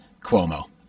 Cuomo